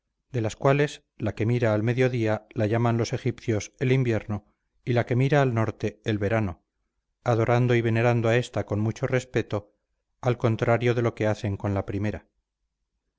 de las cuales la que mira al mediodía la llaman los egipcios el invierno y la que mira al norte el verano adorando y venerando a ésta con mucho respecto al contrario de lo que hacen con la primera